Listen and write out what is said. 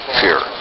fear